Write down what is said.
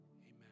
amen